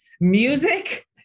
Music